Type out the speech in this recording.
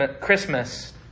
Christmas